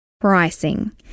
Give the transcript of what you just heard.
Pricing